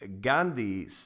Gandhi